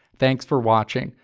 thanks for watching.